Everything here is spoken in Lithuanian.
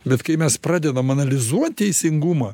bet kai mes pradedam analizuot teisingumą